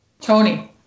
Tony